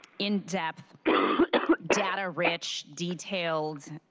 in depth data rich, detailed